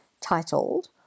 titled